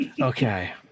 okay